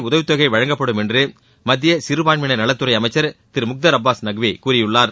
உதவித் தொகை வழங்கப்படும் என்று மத்திய சிறுபான்மையினர் நலத்துறை அமைச்சர் திரு முக்தார் அப்பாஸ் நக்வி கூறியுள்ளார்